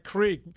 Creek